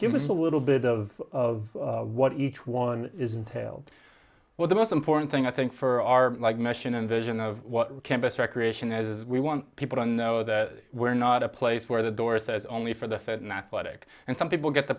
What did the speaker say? give us a little bit of what each one is entailed with the most important thing i think for our like mission and vision of campus recreation is we want people to know that we're not a place where the door says only for the fit and athletic and some people get the